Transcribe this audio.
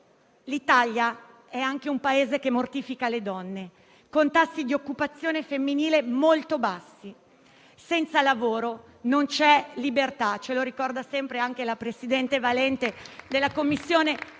L'Italia è anche un Paese che mortifica le donne con tassi di occupazione femminile molto bassi. Senza lavoro non c'è libertà per le donne - ce lo ricorda sempre anche la presidente Valente della Commissione